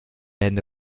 hände